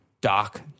Doc